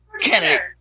Kennedy